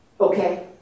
Okay